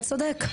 אתה צודק.